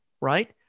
right